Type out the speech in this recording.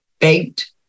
baked